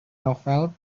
novel